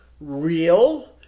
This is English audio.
real